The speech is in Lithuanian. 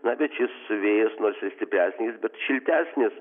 na bet šis vėjas nors ir stipresnis bet šiltesnis